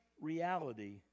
reality